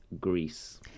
Greece